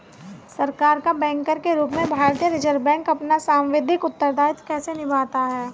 सरकार का बैंकर के रूप में भारतीय रिज़र्व बैंक अपना सांविधिक उत्तरदायित्व कैसे निभाता है?